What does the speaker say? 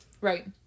Right